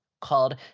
called